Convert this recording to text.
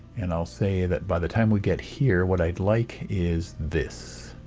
and i'll say that by the time we get here what i'd like is this